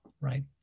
right